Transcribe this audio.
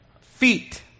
feet